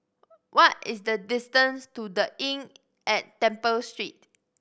what is the distance to The Inn at Temple Street